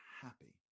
happy